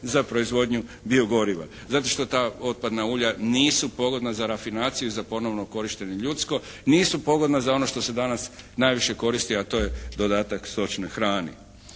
za proizvodnju biogoriva. Zato što ta otpadna ulja nisu pogodna za rafinaciju i za ponovno korištenje ljudsko. Nisu pogodna za ono što se danas najviše koristi, a to je dodatak stočnoj hrani.